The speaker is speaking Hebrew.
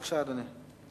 בבקשה, אדוני.